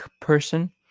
person